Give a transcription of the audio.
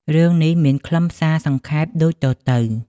រឿងនេះមានខ្លឹមសារសង្ខេបដូចតទៅ។